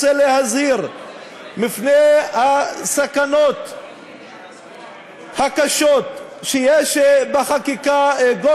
אני רוצה להזהיר מפני הסכנות הקשות שיש בחקיקה כה